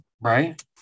Right